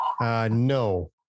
No